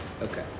Okay